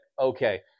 okay